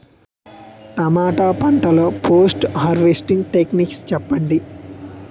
టమాటా పంట లొ post harvesting techniques చెప్పండి?